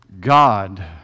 God